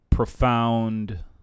Profound